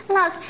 Look